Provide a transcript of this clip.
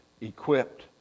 equipped